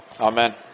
Amen